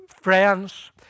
friends